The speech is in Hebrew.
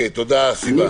תודה, סיון.